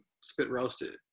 spit-roasted